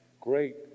great